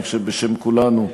אני חושב שבשם כולנו,